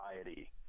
society